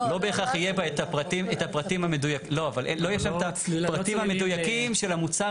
לא יהיה שם את הפרטים המדויקים של מוצר